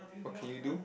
what can you do